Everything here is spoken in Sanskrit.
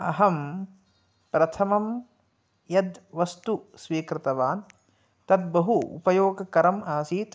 अहं प्रथमं यद्वस्तु स्वीकृतवान् तत् बहु उपयोगकरम् आसीत्